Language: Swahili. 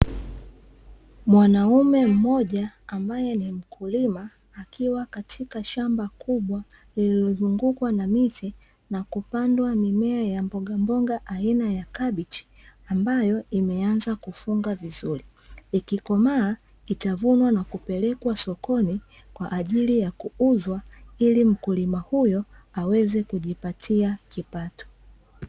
Mwanaume mmoja ambaye ni mkulima akiwa katika shamba kubwa, lililozungukwa na miti na kupandwa mimea ya mboga mboga aina ya kabichi, ambayo imeanza kufunga vizuri ikikomaa itavunwa na kupelekwa sokoni, kwa ajili ya kuuzwa, ili mkulima huyo aweze kujipatia kipato.